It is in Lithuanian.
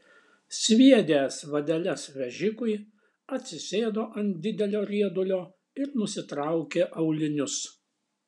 sviedęs vadeles vežikui atsisėdo ant didelio riedulio ir nusitraukė aulinius